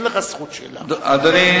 אין לך זכות שאלה עכשיו.